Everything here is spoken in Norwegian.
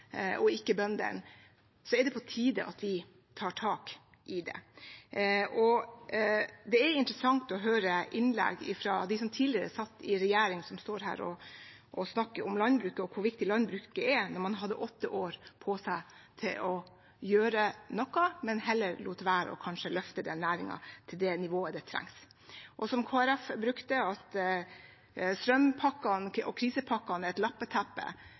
og ikke bønder – så er det på tide at vi tar tak i det. Det er interessant å høre innlegg fra dem som tidligere satt i regjering som står her og snakker om landbruket og hvor viktig landbruket er, når man hadde åtte år på seg til å gjøre noe, men lot være å løfte denne næringen til det nivået som trengs. Kristelig Folkeparti brukte uttrykket «lappeteppe» om strømpakkene og krisepakkene. Da vil jo jeg si at landbruket er nesten blitt et